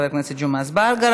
חבר הכנסת ג'מעה אזברגה.